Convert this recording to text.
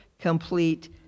complete